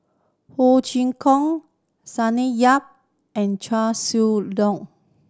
Ho Chee Kong Sonny Yap and Chia